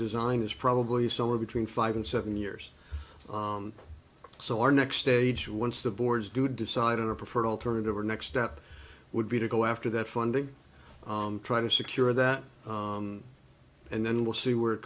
zine is probably somewhere between five and seven years so our next stage once the boards do decide on a preferred alternative or next step would be to go after that funding try to secure that and then we'll see where it